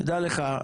תדע לך,